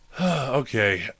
Okay